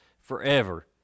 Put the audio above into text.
forever